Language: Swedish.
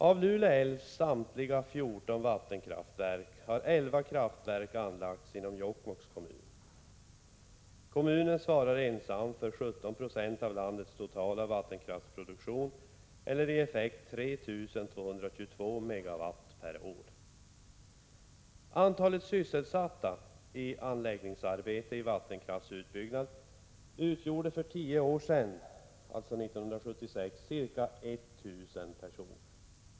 Av Lule älvs samtliga 14 vattenkraftverk har 11 kraftverk anlagts inom Jokkmokks kommun. Kommunen svarar ensam för 17 96 av landets totala vattenkraftsproduktion, eller i effekt 3 222 MW/år. Antalet sysselsatta i anläggningsarbete i vattenkraftsutbyggnad utgjorde för tio år sedan, alltså 1976, ca 1000 personer.